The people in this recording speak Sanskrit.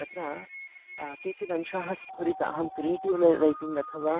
तत्र केचिदंशाः स्फुरिताः अहं क्रियिटिव् लै रैटिङ्ग् अथवा